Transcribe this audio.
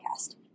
Podcast